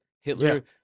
Hitler